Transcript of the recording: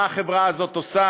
מה החברה הזאת עושה?